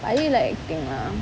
I really like acting lah